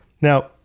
now